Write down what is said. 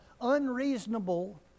unreasonable